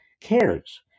cares